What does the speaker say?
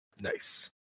Nice